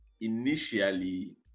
initially